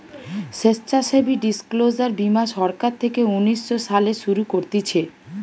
স্বেচ্ছাসেবী ডিসক্লোজার বীমা সরকার থেকে উনিশ শো সালে শুরু করতিছে